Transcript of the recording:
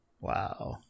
Wow